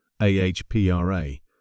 AHPRA